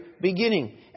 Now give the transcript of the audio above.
beginning